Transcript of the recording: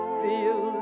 feel